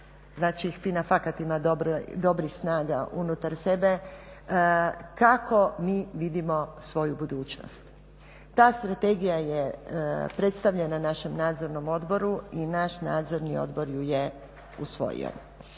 znači FINA fakat ima dobrih snaga unutar sebe, kako mi vidimo svoju budućnost. Ta strategija je predstavljena našem nadzornom odboru i naš nadzorni odbor ju je usvojio.